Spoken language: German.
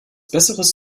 besseres